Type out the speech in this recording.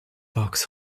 box